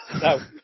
No